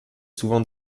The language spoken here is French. souvent